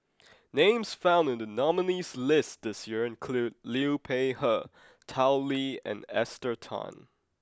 names found in the nominees' list this year include Liu Peihe Tao Li and Esther Tan